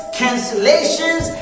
cancellations